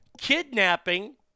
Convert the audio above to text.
Kidnapping